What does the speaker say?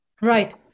Right